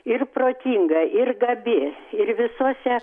ir protinga ir gabi ir visuose